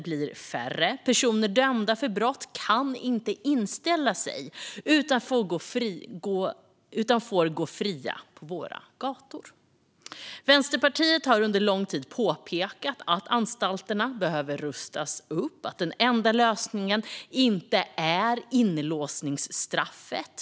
Personer som är dömda för brott kan inte inställa sig utan får gå fria på våra gator. Vänsterpartiet har under lång tid påpekat att anstalterna behöver rustas upp och att den enda lösningen inte är inlåsningsstraffet.